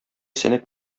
сәнәк